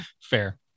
fair